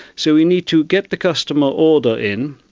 so we need to get the customer order in,